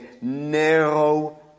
narrow